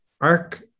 ARC